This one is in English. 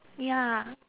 ya